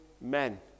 men